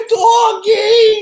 doggy